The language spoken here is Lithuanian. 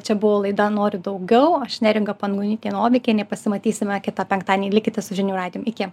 čia buvo laida noriu daugiau aš neringa pangonytė novikienė pasimatysime kitą penktadienį likite su žinių radijum iki